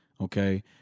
okay